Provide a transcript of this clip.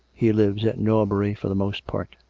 he lives at norbury for the most part.